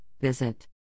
visit